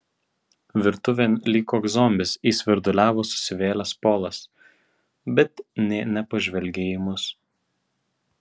virtuvėn lyg koks zombis įsvirduliavo susivėlęs polas bet nė nepažvelgė į mus